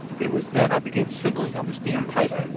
it was then i began signaling on the steam-pipe.